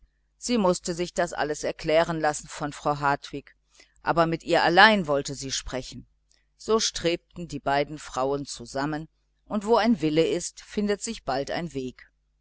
sie mußte sich das erklären lassen von frau hartwig aber mit ihr allein wollte sie sprechen so strebten die beiden frauen zusammen und wo ein wille ist findet sich bald ein weg